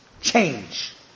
Change